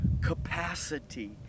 capacity